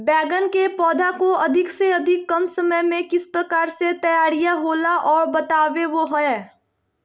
बैगन के पौधा को अधिक से अधिक कम समय में किस प्रकार से तैयारियां होला औ बताबो है?